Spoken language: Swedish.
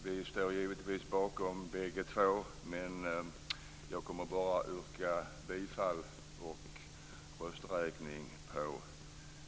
Vi står givetvis bakom bägge två, men jag kommer bara att yrka bifall till och votering om reservation nr 2.